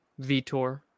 Vitor